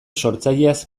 sortzaileaz